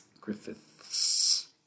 Griffiths